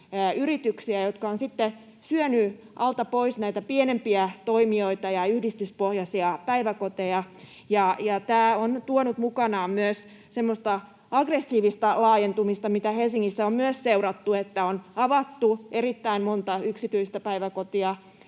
yrityksiä, jotka ovat sitten syöneet alta pois näitä pienempiä toimijoita ja yhdistyspohjaisia päiväkoteja. Tämä on tuonut mukanaan myös semmoista aggressiivista laajentumista, mitä Helsingissä on myös seurattu, että on avattu erittäin monta yksityistä päiväkotia